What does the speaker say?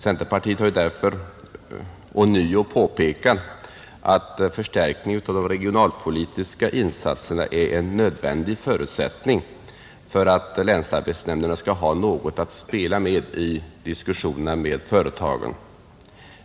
Centerpartiet har därför ånyo påpekat att förstärkning av de regionalpolitiska insatserna är en nödvändig förutsättning för att länsarbetsnämnderna skall ha något att spela med i diskussionerna med företagen.